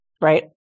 Right